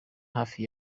hafi